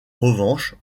revanche